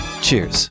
Cheers